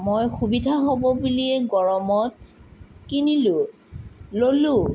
মই সুবিধা হ'ব বুলিয়েই গৰমত কিনিলোঁ ল'লোঁ